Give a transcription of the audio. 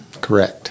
correct